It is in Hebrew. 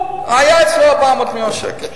היה אצלו 400 מיליון שקל.